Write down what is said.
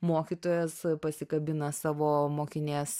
mokytojas pasikabina savo mokinės